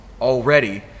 already